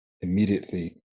immediately